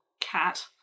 cat